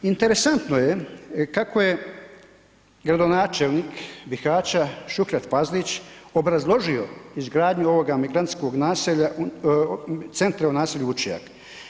Interesantno je kako je gradonačelnik Bihaća Šuhret Fazlić obrazložio izgradnju ovoga migrantskog naselja, centra naselju Vučjak.